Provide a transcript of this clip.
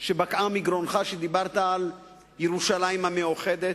שבקעה מגרונך כשדיברת על ירושלים המאוחדת,